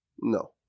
No